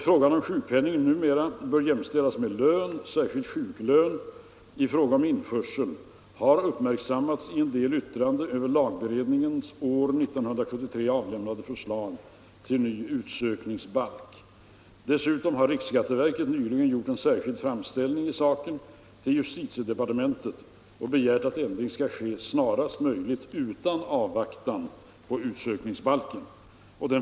Frågan om sjukpenning numera bör jämställas med lön, särskilt sjuklön, i fråga om införsel har uppmärksammats i en del yttranden över lagberedningens år 1973 avlämnade förslag till ny utsökningsbalk. Dessutom har riksskatteverket nyligen gjort en särskild framställning i saken till justitiedepartementet och begärt att ändring skall ske snarast möjligt utan avvaktan på utsökningsbalken.